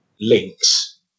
links